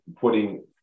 putting